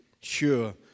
sure